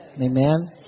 Amen